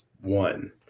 one